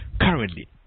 currently